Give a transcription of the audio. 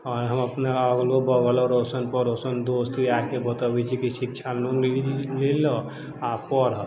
आओर हम अपनो अगलो बगलो अड़ोसन पड़ोसन दोस्त यारके बतबै छी कि शिक्षा लोन ले लअ आ पढ़ऽ